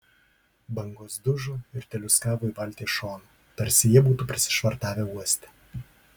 bangos dužo ir teliūskavo į valties šoną tarsi jie būtų prisišvartavę uoste